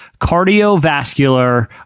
cardiovascular